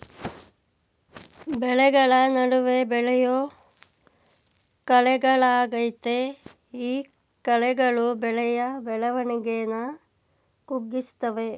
ಬೆಳೆಗಳ ನಡುವೆ ಬೆಳೆಯೋ ಕಳೆಗಳಾಗಯ್ತೆ ಈ ಕಳೆಗಳು ಬೆಳೆಯ ಬೆಳವಣಿಗೆನ ಕುಗ್ಗಿಸ್ತವೆ